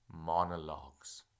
monologues